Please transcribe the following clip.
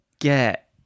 get